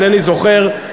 אינני זוכר,